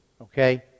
okay